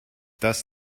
das